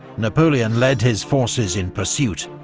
napoleon led his forces in pursuit,